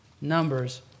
Numbers